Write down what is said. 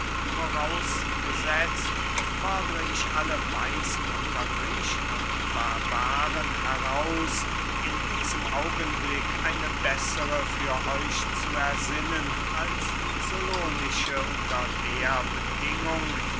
vorausgesetzt fordere ich alle weisen unter griechen und barbaren heraus in diesem augenblick eine bessere für euch zu ersinnen als die solonische